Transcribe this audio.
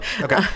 Okay